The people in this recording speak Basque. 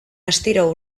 astiro